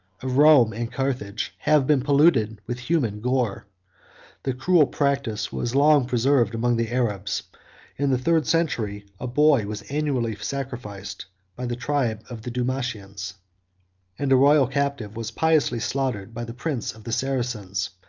of rome and carthage, have been polluted with human gore the cruel practice was long preserved among the arabs in the third century, a boy was annually sacrificed by the tribe of the dumatians and a royal captive was piously slaughtered by the prince of the saracens,